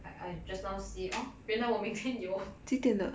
I I just now see oh 原来我明天有